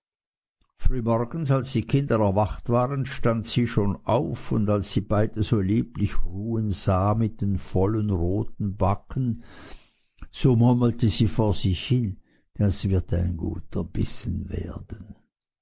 ehe die kinder erwacht waren stand sie schon auf und als sie beide so lieblich ruhen sah mit den vollen roten backen so murmelte sie vor sich hin das wird ein guter bissen werden